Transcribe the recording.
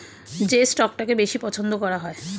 যে স্টকটাকে বেশি পছন্দ করা হয়